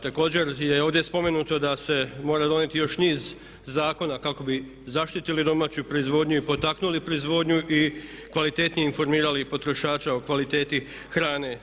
Također je ovdje spomenuto da se moraju donijeti još niz zakona kako bi zaštiti domaću proizvodnju i potaknuli proizvodnju i kvalitetnije informirali potrošača o kvaliteti hrane.